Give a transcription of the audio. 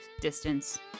distance